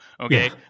Okay